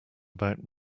about